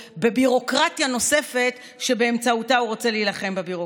בביורוקרטיה נוספת שבאמצעותה הוא רוצה להילחם בביורוקרטיה.